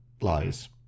lies